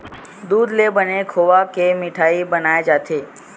दूद ले बने खोवा के मिठई बनाए जाथे